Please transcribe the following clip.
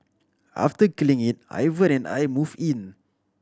after killing it Ivan and I moved in